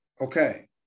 okay